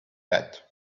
that